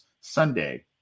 Sunday